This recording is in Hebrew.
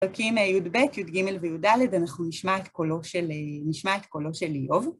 פרקים יב', יג' ויד', אנחנו נשמע את קולו של איוב.